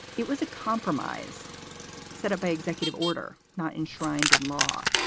it was a compromise set up by executive order, not enshrined in law.